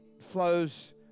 flows